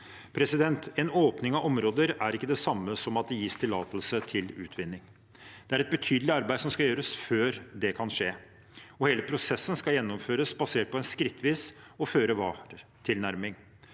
En åpning av områder er ikke det samme som at det gis tillatelse til utvinning. Det er et betydelig arbeid som skal gjøres før det kan skje, og hele prosessen skal gjennomføres basert på en skrittvis og føre-var-tilnærming.